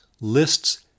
lists